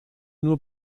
nur